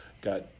got